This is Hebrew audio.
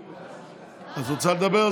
את רוצה לדבר?